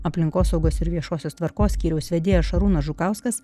aplinkosaugos ir viešosios tvarkos skyriaus vedėjas šarūnas žukauskas